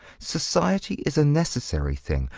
society is a necessary thing.